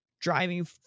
driving